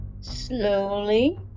Slowly